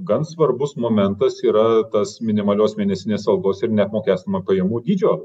gan svarbus momentas yra tas minimalios mėnesinės algos ir neapmokestinamo pajamų dydžio